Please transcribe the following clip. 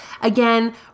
again